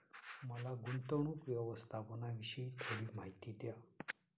मला गुंतवणूक व्यवस्थापनाविषयी थोडी माहिती द्या